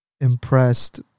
impressed